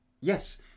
Yes